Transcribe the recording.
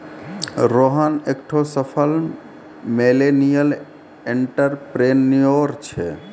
रोहन एकठो सफल millennial entrepreneur छै